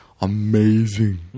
Amazing